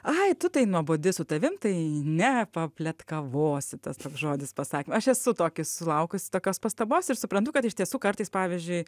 ai tu tai nuobodi su tavim tai ne papletkavosi tas toks žodis pasakė aš esu tokį sulaukusi tokios pastabos ir suprantu kad iš tiesų kartais pavyzdžiui